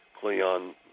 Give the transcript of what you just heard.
Cleon